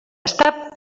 estar